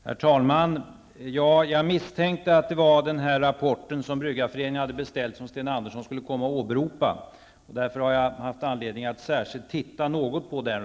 Herr talman! Jag misstänkte att det var rapporten som Bryggareföreningen beställt som Sten Andersson i Malmö skulle komma att åberopa. Därför har jag haft anledning att titta särskilt på den.